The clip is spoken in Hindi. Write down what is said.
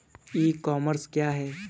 ई कॉमर्स क्या है?